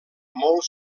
molt